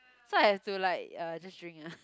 so I have to like uh just drink ah